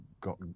got